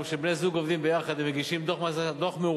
גם כשבני-זוג עובדים ביחד הם מגישים דוח מאוחד,